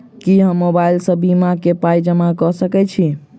की हम मोबाइल सअ बीमा केँ पाई जमा कऽ सकैत छी?